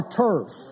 turf